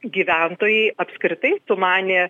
gyventojai apskritai sumanė